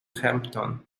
hampton